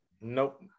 Nope